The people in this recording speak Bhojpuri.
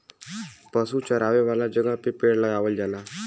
पशु चरावे वाला जगह पे पेड़ लगावल जाला